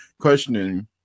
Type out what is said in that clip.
questioning